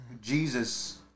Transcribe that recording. Jesus